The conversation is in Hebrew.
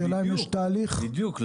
השאלה אם יש תהליך --- בדיוק.